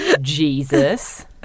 Jesus